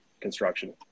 construction